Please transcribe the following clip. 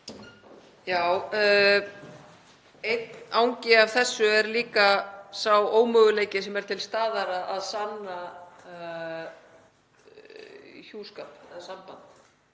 Já, einn angi af þessu er líka sá ómöguleiki sem er til staðar að sanna hjúskap eða samband.